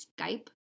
Skype